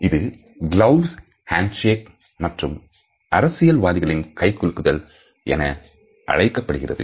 இது glove handshake மற்றும் அரசியல்வாதிகளின் கை குலுக்குதல் என அழைக்கப்படுகிறது